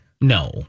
No